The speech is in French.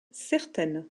certaine